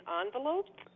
envelope